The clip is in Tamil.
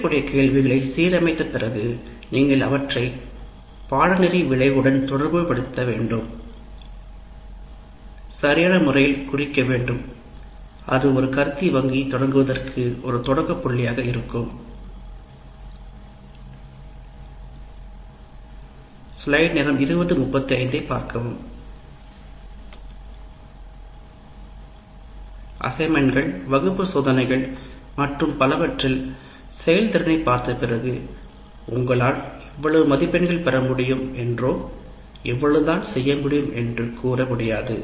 கிடைக்கக்கூடிய கேள்விகளைக் சீரமைத்த பிறகு நீங்கள் அவற்றை சரியான முறையில் குறிக்க வேண்டும் அது ஒரு உருப்படி வங்கி தொடங்குவதற்கு ஒரு தொடக்க புள்ளியாக இருக்கும் பணிகள் வகுப்பு சோதனைகள் மற்றும் பலவற்றில் செயல்திறனைப் பார்த்த பிறகு உங்களால் இவ்வளவு தான் செய்ய முடியும் என்று கூற முடியாது